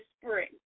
spring